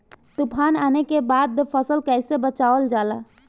तुफान आने के बाद फसल कैसे बचावल जाला?